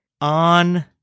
on